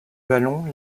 ballon